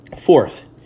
Fourth